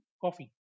coffee